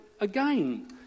again